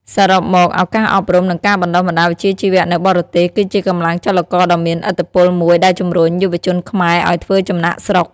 សរុបមក ឱកាសអប់រំ និងការបណ្ដុះបណ្ដាលវិជ្ជាជីវៈនៅបរទេស គឺជាកម្លាំងចលករដ៏មានឥទ្ធិពលមួយដែលជំរុញយុវជនខ្មែរឱ្យធ្វើចំណាកស្រុក។